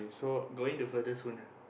going to further soon ah